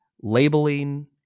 labeling